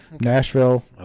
Nashville